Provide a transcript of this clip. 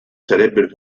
sarebbero